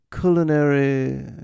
culinary